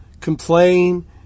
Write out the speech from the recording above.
complain